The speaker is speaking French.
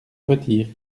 retire